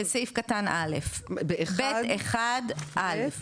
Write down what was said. בסעיף קטן א, ב1 א'.